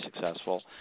successful